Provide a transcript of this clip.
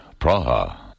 Praha